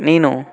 నేను